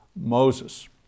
Moses